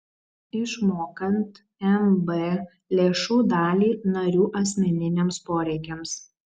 išmokant mb lėšų dalį narių asmeniniams poreikiams